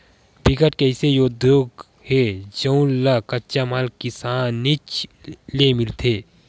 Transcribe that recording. बिकट के अइसे उद्योग हे जउन ल कच्चा माल किसानीच ले मिलथे